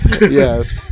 Yes